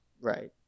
Right